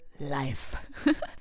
life